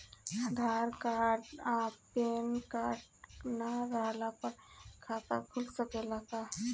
आधार card आ PAN card ना रहला पर खाता खुल सकेला का?